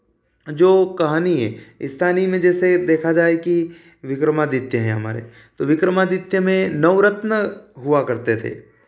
जो कहानी है स्थानीय में जैसे देखा जाए की विक्रमादित्य है हमारे तो विक्रमादित्य में नवरत्न हुआ करते थे